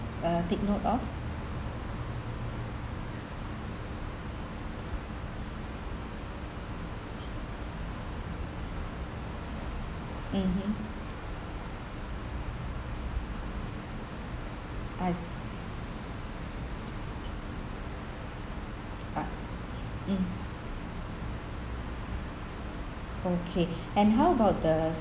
uh take note of mmhmm I see hmm okay and how about the